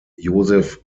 joseph